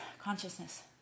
consciousness